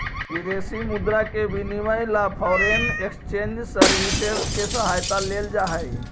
विदेशी मुद्रा के विनिमय ला फॉरेन एक्सचेंज सर्विसेस के सहायता लेल जा हई